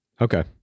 Okay